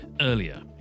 earlier